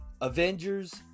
Avengers